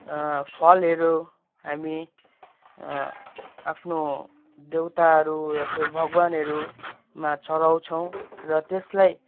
फलहेरू हामी आफ्नो देउताहरू या फिर भगवान्हरूमा चडाउछौँ र त्यसलाई